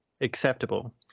acceptable